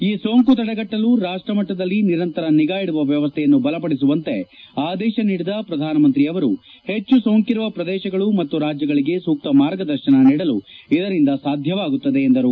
ಈ ಸೋಂಕು ತಡೆಗಟ್ಟಲು ರಾಷ್ಷ ಮಟ್ಟದಲ್ಲಿ ನಿರಂತರ ನಿಗಾ ಇಡುವ ವ್ಯವಸ್ಥೆಯನ್ನು ಬಲಪಡಿಸುವಂತೆ ಆದೇಶ ನೀಡಿದ ಪ್ರಧಾನಮಂತ್ರಿಯವರು ಹೆಚ್ಚು ಸೋಂಕಿರುವ ಪ್ರದೇಶಗಳು ಮತ್ತು ರಾಜ್ಗಳಿಗೆ ಸೂಕ್ತ ಮಾರ್ಗದರ್ಶನ ನೀಡಲು ಇದರಿಂದ ಸಾಧ್ಯವಾಗುತ್ತದೆ ಎಂದು ಹೇಳಿದ್ದಾರೆ